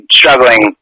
struggling